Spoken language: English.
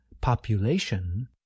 population